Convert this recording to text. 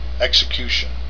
execution